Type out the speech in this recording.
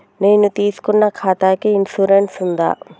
నేను తీసుకున్న ఖాతాకి ఇన్సూరెన్స్ ఉందా?